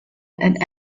and